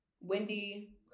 Wendy